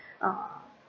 uh